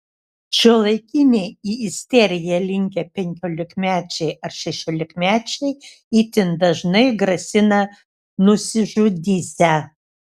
šiuolaikiniai į isteriją linkę penkiolikmečiai ar šešiolikmečiai itin dažnai grasina nusižudysią